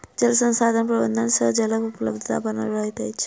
जल संसाधन प्रबंधन सँ जलक उपलब्धता बनल रहैत अछि